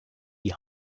die